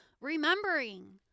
remembering